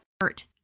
hurt